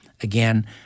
Again